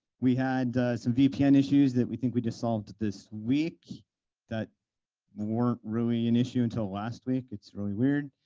we had some vpn issues that we think we just solved this week that weren't really an issue until last week. it's really weird.